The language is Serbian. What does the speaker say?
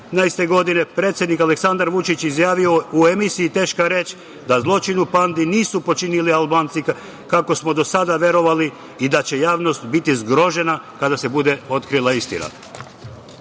predsednik Aleksandar Vučić izjavio u emisiji „Teška reč“ da zločin u „Pandi“ nisu počinili Albanci, kako smo do sada verovali, i da će javnost biti zgrožena kada se bude otkrila